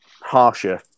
Harsher